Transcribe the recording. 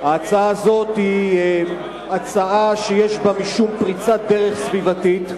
ההצעה הזאת היא הצעה שיש בה משום פריצת דרך סביבתית.